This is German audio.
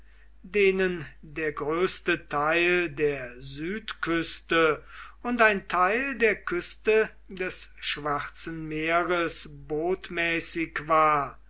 denen der größte teil der südküste und ein teil der küste des schwarzen meeres botmäßig war